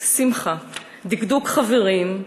שמחה, דקדוק חברים,